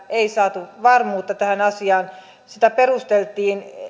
ei saatu varmuutta tähän asiaan sitä perusteltiin